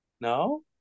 No